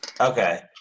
Okay